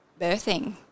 birthing